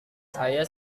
saya